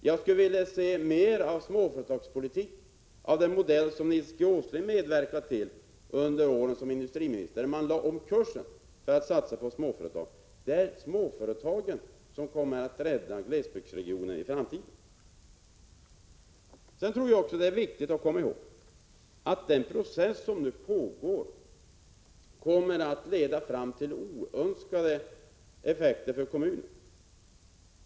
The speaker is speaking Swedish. Jag skulle vilja se mer av småföretagspolitik av den modell som Nils G. Åsling medverkade till under åren som industriminister, där man lade om kursen för att satsa på småföretag. Det är småföretagen som kommer att rädda glesbygdsregionerna i framtiden. Det är viktigt att komma ihåg att den process som nu pågår kommer att leda fram till oönskade effekter för kommunerna.